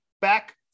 back